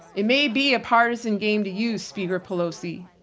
it may be a partisan game to you speaker pelosi,